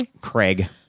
Craig